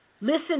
Listen